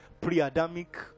pre-Adamic